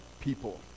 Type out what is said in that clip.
people